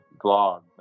blog